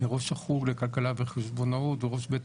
אני ראש החוג לכלכלה וחשבונאות וראש בית